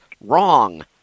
wrong